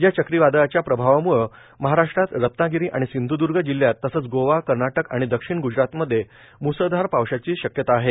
या चक्रीवादळाच्या प्रभावाम्ळे महाराष्ट्रात रत्नागिरी आणि सिंध्द्र्ग जिल्ह्यात तसंच गोवा कर्नाटक आणि दक्षिण ग्जरातमध्ये म्सळधार पावसाची शक्यता आहे